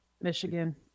Michigan